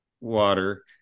water